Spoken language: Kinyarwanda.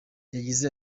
yagize